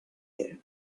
year